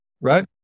right